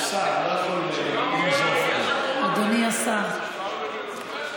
הוא שר, אני לא יכול לנזוף בו.